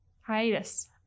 hiatus